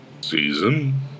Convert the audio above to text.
Season